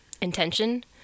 intention